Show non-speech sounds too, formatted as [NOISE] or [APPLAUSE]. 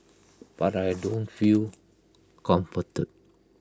but I [NOISE] don't feel comforted